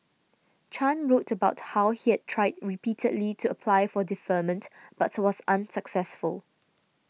Chan wrote about how he had tried repeatedly to apply for deferment but was unsuccessful